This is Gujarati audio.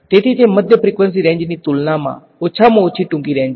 તેથી તે મધ્ય ફ્રીકવંસી રેંજની તુલનામાં ઓછામાં ઓછી ટૂંકી રેંજ છે